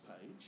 page